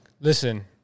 listen